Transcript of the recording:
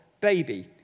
baby